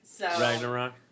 Ragnarok